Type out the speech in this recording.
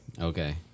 Okay